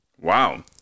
wow